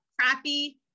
crappy